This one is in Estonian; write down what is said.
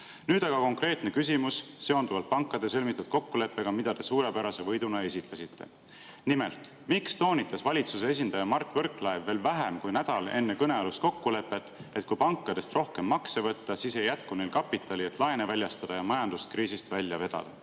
Nüüd aga konkreetne küsimus seonduvalt pankadega sõlmitud kokkuleppega, mida te suurepärase võiduna esitasite. Nimelt, miks toonitas valitsuse esindaja Mart Võrklaev veel vähem kui nädal enne kõnealust kokkulepet, et kui pankadelt rohkem makse võtta, siis ei jätku neil kapitali, et laene väljastada ja [riik] majanduskriisist välja vedada.